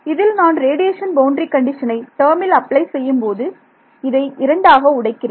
இதில் நான் radiation boundary கண்டிஷனை டேர்மில் அப்ளை செய்யும்போது இதை இரண்டாக உடைக்கிறேன்